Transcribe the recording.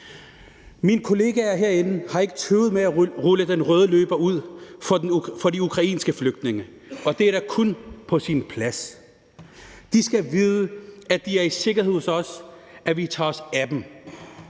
Mine kollegaer herinde har ikke tøvet med at rulle den røde løber ud for de ukrainske flygtninge, og det er da kun på sin plads. De skal vide, at de er i sikkerhed hos os, at vi tager os af dem.